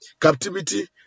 captivity